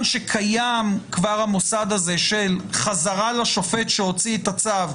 שקיים כבר המוסד הזה של חזרה לשופט שהוציא את הצו,